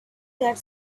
that